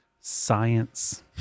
Science